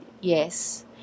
yes